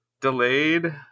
delayed